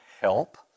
help